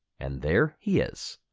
and there he is.